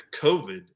COVID